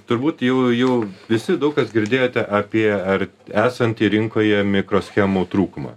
turbūt jau jų visi daug kas girdėjote apie ar esantį rinkoje mikroschemų trūkumą